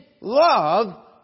love